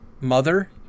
Mother